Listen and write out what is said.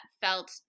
felt